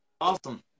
Awesome